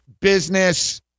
business